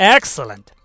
Excellent